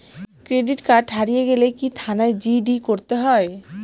Credit card হারিয়ে গেলে কি থানায় জি.ডি করতে হয়?